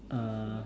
uh